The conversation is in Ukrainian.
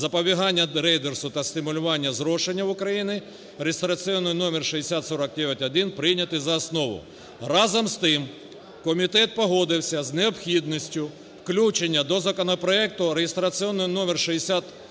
запобігання рейдерству та стимулювання зрошення в Україні (реєстраційний номер 6049-1) прийняти за основу. Разом з тим, комітет погодився з необхідністю включення до законопроекту реєстраційний номер 6049-1